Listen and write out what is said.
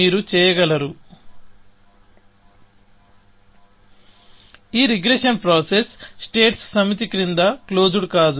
మీరు చేయగలరు ఈ రిగ్రెషన్ ప్రాసెస్ స్టేట్స్ సమితి క్రింద క్లోస్డ్ కాదు